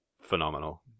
phenomenal